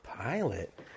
pilot